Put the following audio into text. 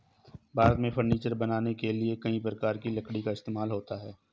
भारत में फर्नीचर बनाने के लिए कई प्रकार की लकड़ी का इस्तेमाल होता है